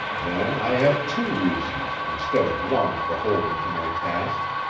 then i have two reasons instead of one for holding to my task,